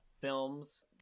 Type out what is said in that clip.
films